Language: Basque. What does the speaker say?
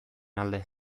alde